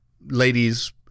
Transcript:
ladies